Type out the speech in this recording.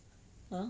!huh!